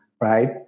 right